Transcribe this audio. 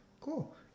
cool